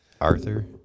Arthur